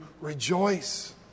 rejoice